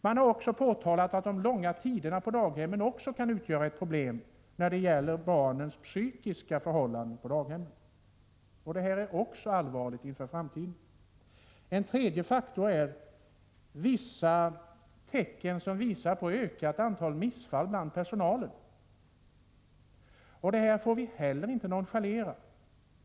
Man har också påtalat att de långa vistelsetiderna på daghemmen kan utgöra ett problem när det gäller barnens psykiska förhållanden. Detta är också allvarligt inför framtiden. En tredje faktor är att det finns vissa tecken som tyder på ett ökat antal missfall bland personalen. Detta får vi heller inte nonchalera.